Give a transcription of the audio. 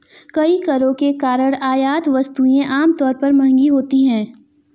कई करों के कारण आयात वस्तुएं आमतौर पर महंगी होती हैं